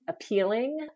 appealing